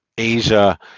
Asia